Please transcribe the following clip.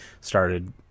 started